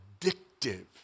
addictive